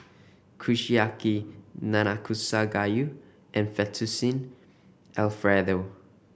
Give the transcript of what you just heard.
Kushiyaki Nanakusa Gayu and Fettuccine Alfredo